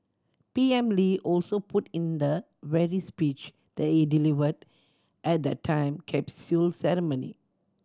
P M Lee also put in the very speech he delivered at the time capsule ceremony